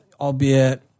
albeit